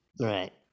Right